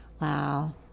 Wow